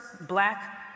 black